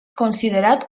considerat